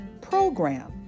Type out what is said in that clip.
program